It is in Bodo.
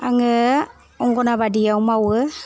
आङो अंगनाबादियाव मावो